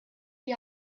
die